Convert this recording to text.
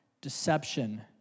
deception